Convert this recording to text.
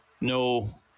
no